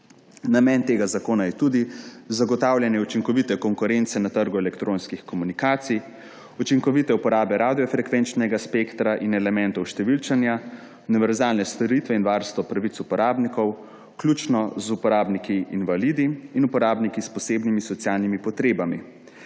Namen tega zakona je tudi zagotavljanje učinkovite konkurence na trgu elektronskih komunikacij, učinkovite uporabe radiofrekvenčnega spektra in elementov številčenja, univerzalne storitve in varstvo pravic uporabnikov, vključno z uporabniki invalidi in uporabniki s posebnimi socialnimi potrebami